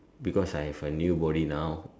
because I have a new body now